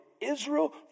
Israel